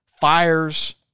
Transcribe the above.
Fires